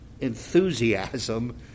enthusiasm